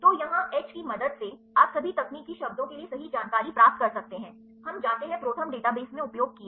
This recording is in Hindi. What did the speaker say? तो यहाँ H की मदद से आप सभी तकनीकी शब्दों के लिए सही जानकारी प्राप्त कर सकते हैं हमजाते हैं ProTherm डेटाबेस में उपयोग किए